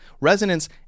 Resonance